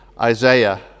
Isaiah